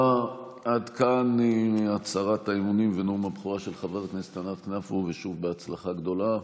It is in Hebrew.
אתמול הייתי בסדרה של ערים, התחלנו בעראבה,